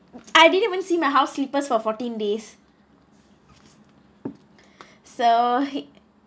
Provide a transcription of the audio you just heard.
I didn't even see my house slippers for fourteen days so